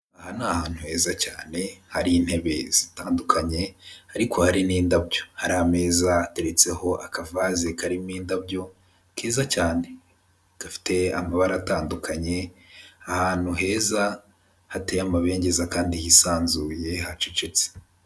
Aha ni ahantu heza cyane, hari intebe zitandukanye, ariko hari n'indabyo. Hari ameza hateretseho akavazi karimo indabyo keza cyane, gafite amabara atandukanye, ahantu heza hateye amabenngeza kandi hisanzuye hacecetse.